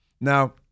Now